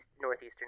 northeastern